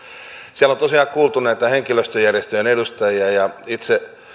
siellä on tosiaan kuultu näitä henkilöstöjärjestöjen edustajia ja itse